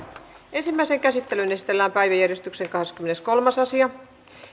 ensimmäiseen käsittelyyn esitellään päiväjärjestyksen kahdeskymmeneskolmas asia